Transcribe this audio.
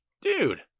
dude